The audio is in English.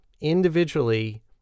individually